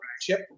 chip